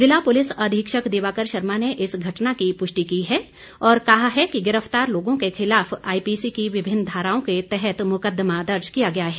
ज़िला पुलिस अधीक्षक दिवाकर शर्मा ने इस घटना की पुष्टि की है और कहा है कि गिरफ्तार लोगों के खिलाफ आईपीसी की विभिन्न धाराओं के तहत मुकदमा दर्ज किया गया है